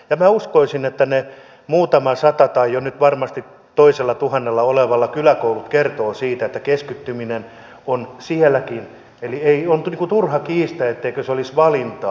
minä uskoisin että ne muutama sata tai nyt ollaan varmasti jo toisella tuhannella kyläkoulujen lakkauttamista kertovat siitä että keskittymistä on sielläkin eli on turha kiistää etteikö se olisi valintaa